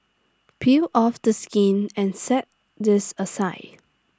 peel off the skin and set this aside